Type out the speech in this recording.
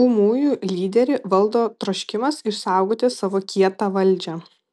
ūmųjų lyderį valdo troškimas išsaugoti savo kietą valdžią